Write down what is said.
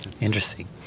Interesting